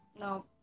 no